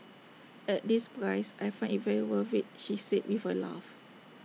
at this price I find IT very worth IT she said with A laugh